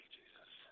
Jesus